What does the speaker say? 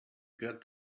get